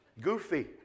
Goofy